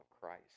Christ